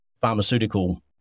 pharmaceutical